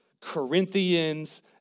Corinthians